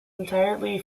entirely